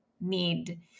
need